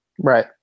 Right